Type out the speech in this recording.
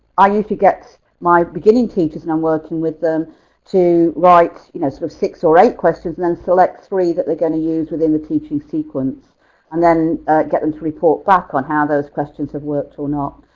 i usually get my beginning teachers and working with them to write you know sort of six or eight questions and then select three that they're going to use within the teaching sequence and then get them to report back on how those questions have worked or not.